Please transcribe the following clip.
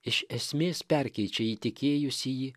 iš esmės perkeičia įtikėjusįjį